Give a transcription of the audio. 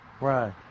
right